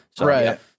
right